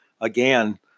again